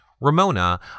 Ramona